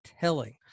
telling